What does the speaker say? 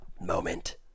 moment